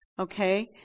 Okay